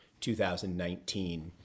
2019